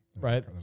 Right